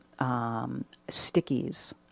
stickies